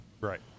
Right